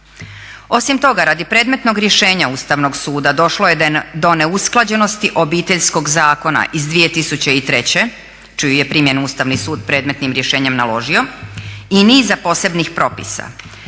Osim toga, radi predmetnog rješenja Ustavnog suda došlo je do neusklađenosti Obiteljskog zakona iz 2003. čiju je primjenu Ustavni sud predmetnim rješenjem naložio i niza posebnih propisa.